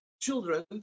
children